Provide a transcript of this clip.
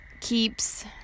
keeps